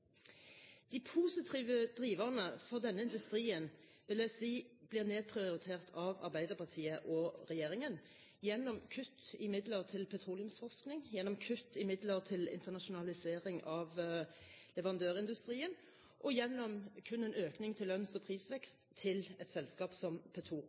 De positive driverne for denne industrien vil jeg si blir nedprioritert av Arbeiderpartiet og regjeringen gjennom kutt i midler til petroleumsforskning, gjennom kutt i midler til internasjonalisering av leverandørindustrien og gjennom kun en økning til lønns- og